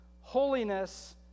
holiness